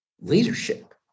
leadership